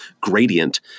gradient